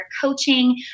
coaching